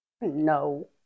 no